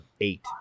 eight